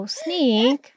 sneak